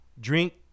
drink